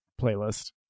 playlist